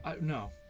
No